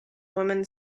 woman